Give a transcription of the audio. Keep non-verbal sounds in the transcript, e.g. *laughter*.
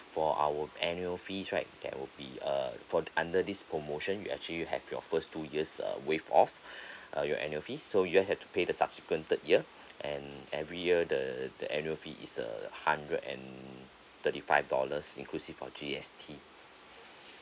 for our annual fees right there will be a for under this promotion you actually have your first two years uh waive off *breath* uh your annual fee so you just have to pay the subsequent third year and every year the the annual fee is a hundred and thirty five dollars inclusive of G_S_T